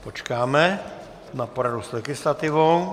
Počkáme na poradu s legislativou.